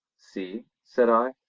see! said i,